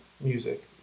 music